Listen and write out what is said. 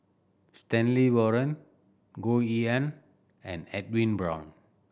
Stanley Warren Goh Yihan and Edwin Brown